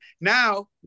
Now